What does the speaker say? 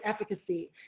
efficacy